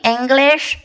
English